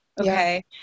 Okay